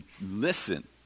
listen